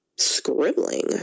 scribbling